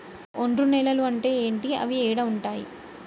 ఒండ్రు నేలలు అంటే ఏంటి? అవి ఏడ ఉంటాయి?